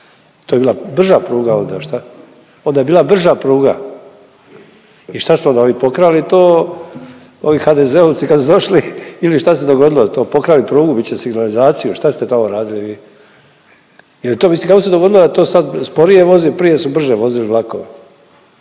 To je bila brža pruga onda, šta? Onda je bila brža pruga? I šta su onda ovi pokrali to, ovi HDZ-ovci kad su došli ili šta se dogodilo to? Pokrali prugu bit će, signalizaciju, šta ste tamo radili vi? Je li to, mislim, kako se dogodilo da to sad sporije vozi, prije su brže vozili vlakovi